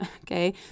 okay